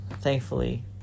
thankfully